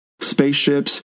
spaceships